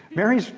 mary,